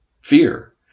fear